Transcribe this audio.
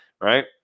right